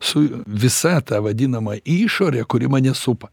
su visa ta vadinama išore kuri mane supa